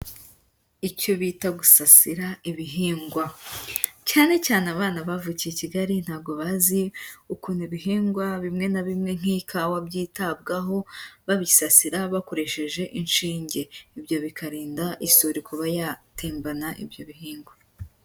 Icyo bita gusasira ibihingwa. Cyane cyane abana bavukiye i Kigali ntago bazi ukuntu ibihingwa bimwe na bimwe nk'ikawa byitabwaho; babisasira bakoresheje inshinge. Ibyo bikarinda isuri kuba yatembana ibyo bihingwa.